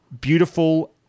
beautiful